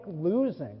losing